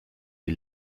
die